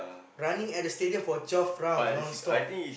running at the stadium for twelve round non stop